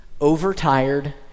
overtired